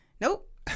Nope